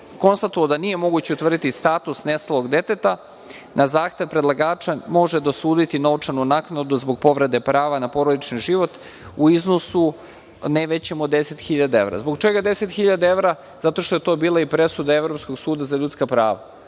konstatovao da nije moguće utvrditi status nestalog deteta na zahtev predlagača može dosuditi novčanu naknadu zbog povrede prava na porodični život u iznosu ne većem od 10.000 evra. Zbog čega 10.000 evra? Zato što je to bila i presuda Evropskog suda za ljudska prava.